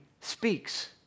speaks